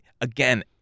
again